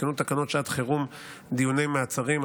הותקנו תקנות שעת חירום (דיוני מעצרים),